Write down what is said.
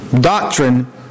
Doctrine